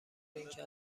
اینکه